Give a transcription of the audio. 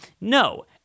no